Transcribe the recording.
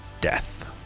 death